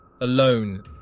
alone